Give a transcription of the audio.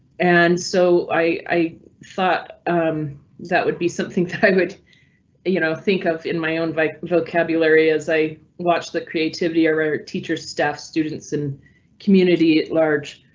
and so i i thought that would be something that i would you know, think of in my own like vocabulary, as i watched the creativity or teachers, staff, students and community at large.